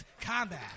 combat